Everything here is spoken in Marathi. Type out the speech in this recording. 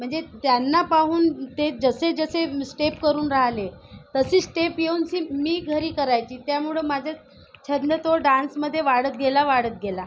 म्हणजे त्यांना पाहून ते जसे जसे स्टेप करून राहिले तशीच स्टेप येऊन मी घरी करायची त्यामुळे माझा छंद तो डान्समध्ये वाढत गेला वाढत गेला